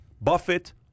Buffett